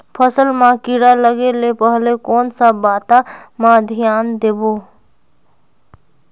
फसल मां किड़ा लगे ले पहले कोन सा बाता मां धियान देबो?